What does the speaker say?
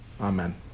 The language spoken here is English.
Amen